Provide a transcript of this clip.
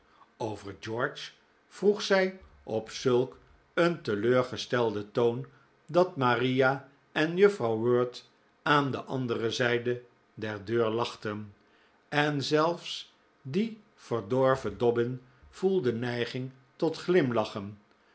over george vroeg zij op zulk een teleurgestelden toon dat maria en juffrouw wirt aan de andere zijde der deur lachten en zelfs die verdorven dobbin voelde neiging tot glimlachen